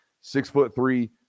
Six-foot-three